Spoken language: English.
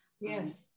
Yes